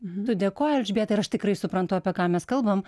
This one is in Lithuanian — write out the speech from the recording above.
tu dėkoji elžbieta ir aš tikrai suprantu apie ką mes kalbam